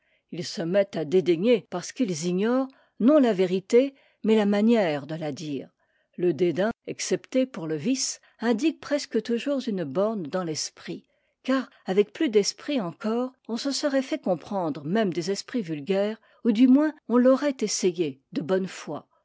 ils se mettent à dédaigner parce qu'ils ignorent non la vérité mais la manière de la dire le dédain excepté pour le vice indique presque toujours une borne dans l'esprit car avec plus d'esprit encore on se serait fait comprendre même des esprits vulgaires ou du moins on l'aurait essayé de bonne foi